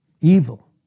Evil